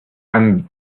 and